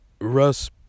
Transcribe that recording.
Russ